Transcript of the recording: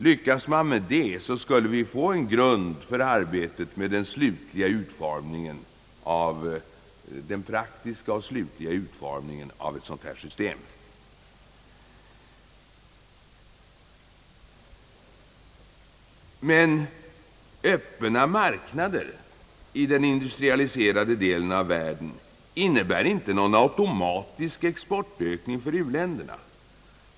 Lyckas man med det skulle vi få en grund för arbetet med den praktiska och slutliga utformningen av ett sådant system. Mera öppna marknader i den industrialiserade delen av världen innebär inte någon automatisk exportökning för u-länderna.